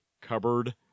cupboard